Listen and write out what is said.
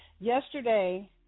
yesterday